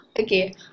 Okay